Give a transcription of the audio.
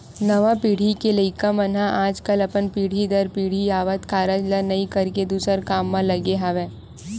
नवा पीढ़ी के लइका मन ह आजकल अपन पीढ़ी दर पीढ़ी आवत कारज ल नइ करके दूसर काम म लगे हवय